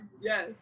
Yes